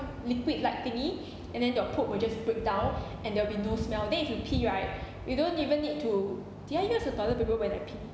liquid like thingy and then your poop will just break down and there will be no smell then if you pee right you don't even need to did I use a toilet paper when I pee